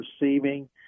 receiving